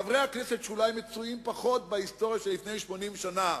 חברי כנסת שאולי מצויים פחות בהיסטוריה של לפני 80 שנה,